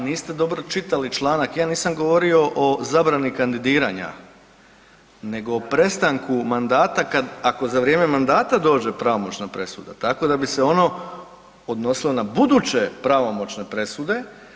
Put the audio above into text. A niste dobro čitali članak, ja nisam govorio o zabrani kandidiranja nego o prestanku mandata ako za vrijeme mandata dođe pravomoćna presuda, tako da bi se ono odnosilo na buduće pravomoćne presude.